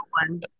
one